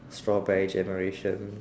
strawberry generation